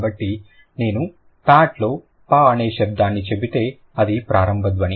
కాబట్టి నేను పాట్ లో ప అనే శబ్దాన్ని చెబితే అది ప్రారంభ ధ్వని